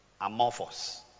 Amorphous